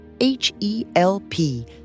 H-E-L-P